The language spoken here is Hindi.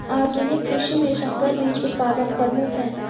आधुनिक कृषि में संकर बीज उत्पादन प्रमुख है